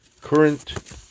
current